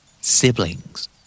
Siblings